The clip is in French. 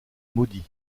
maudit